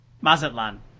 Mazatlan